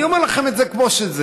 אני אומר לכם את זה כמו שזה.